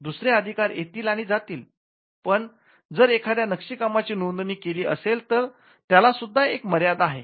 दुसरे अधिकार येतील आणि जातील पण जर एखाद्या नक्षी कामाची नोंदणी केली असेल तर त्याला सुद्धा एक मर्यादा आहे